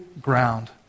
ground